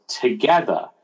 together